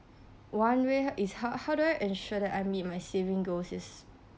one way is how how do I ensure that I meet my saving goals is